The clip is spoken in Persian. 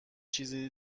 چیزی